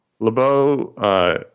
LeBeau